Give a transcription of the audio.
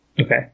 Okay